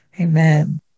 Amen